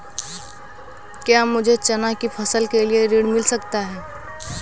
क्या मुझे चना की फसल के लिए ऋण मिल सकता है?